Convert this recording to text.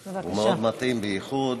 הוא מאוד מתאים, בייחוד